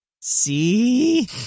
See